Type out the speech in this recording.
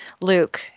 Luke